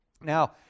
Now